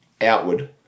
outward